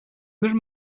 nicht